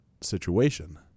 situation